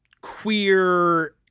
queer